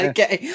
Okay